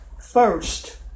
first